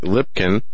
Lipkin